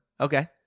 Okay